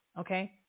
okay